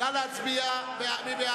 מי